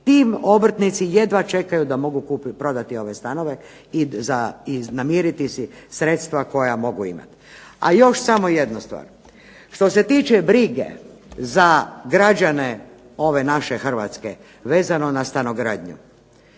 Ti obrtnici jedva čekaju da mogu prodati ove stanove i namiriti si sredstva koja mogu imati. A još samo jedna stvar. Što se tiče brige za građane ove naše Hrvatske vezano na stanogradnju.